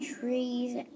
trees